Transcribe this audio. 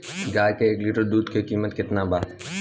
गाय के एक लीटर दुध के कीमत केतना बा?